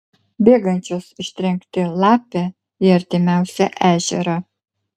bėgančios ištrenkti lapę į artimiausią ežerą